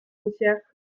routière